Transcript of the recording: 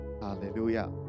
hallelujah